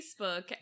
Facebook